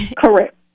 Correct